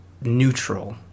neutral